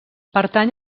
pertany